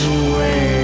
away